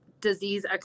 disease